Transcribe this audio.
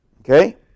Okay